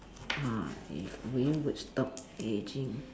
ah eh we would stop aging